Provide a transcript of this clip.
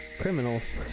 criminals